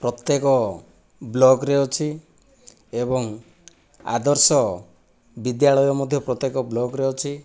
ପ୍ରତ୍ୟେକ ବ୍ଲକରେ ଅଛି ଏବଂ ଆଦର୍ଶ ବିଦ୍ୟାଳୟ ମଧ୍ୟ ପ୍ରତ୍ୟେକ ବ୍ଲକରେ ଅଛି